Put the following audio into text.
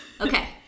Okay